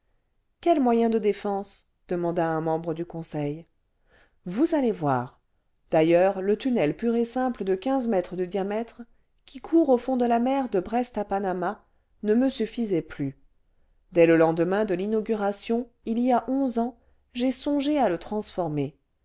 quels moyens de défense demanda un membre du conseil vous allez voir d'ailleurs le tunnel pur et simple de quinze mètres de diamètre qui court au fond de la mer de brest à panama ne me suffisait plus dès le lendemain de l'inauguration il y a onze ans j'ai songé à le transformer